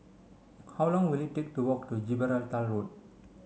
how long will it take to walk to Gibraltar Road